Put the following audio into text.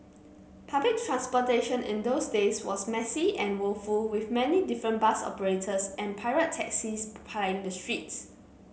public transportation in those days was messy and woeful with many different bus operators and pirate taxis plying the streets